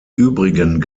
übrigen